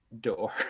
door